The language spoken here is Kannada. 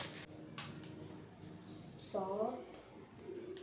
ರಾಷ್ಟ್ರೀಯ ಕೃಷಿ ವಿಕಾಸ ಯೋಜನೆ